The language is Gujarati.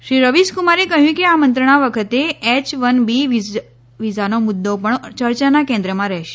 શ્રી રવિશકુમારે કહ્યું કે આ મંત્રણા વખતે એચ વન બી વિઝાનો મુદ્દો પણ ચર્ચાના કેન્મમાં રહેશે